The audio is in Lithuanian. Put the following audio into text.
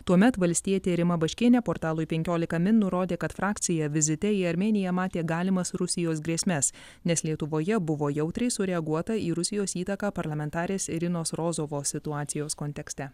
tuomet valstietė rima baškienė portalui penkiolika min nurodė kad frakcija vizite į armėniją matė galimas rusijos grėsmes nes lietuvoje buvo jautriai sureaguota į rusijos įtaką parlamentarės irinos rozovos situacijos kontekste